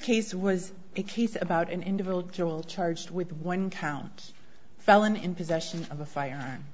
case about an individual charged with one count felon in possession of a firearm